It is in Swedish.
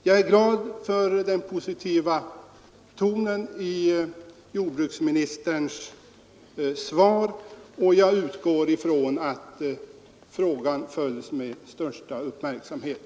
Jag är glad för den positiva tonen i jordbruksministerns svar, och jag utgår ifrån att frågan följs med största uppmärksamhet.